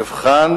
נבחן